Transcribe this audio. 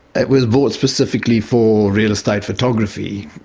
it was bought specifically for real estate photography,